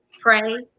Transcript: Pray